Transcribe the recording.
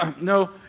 no